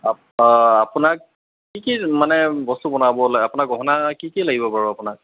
আপোনাক কি কি মানে বস্তু বনাব আপোনাক গহনা কি কি লাগিব বাৰু আপোনাক